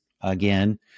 again